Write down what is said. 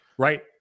Right